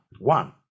One